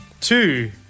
Two